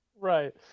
Right